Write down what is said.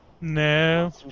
No